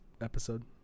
episode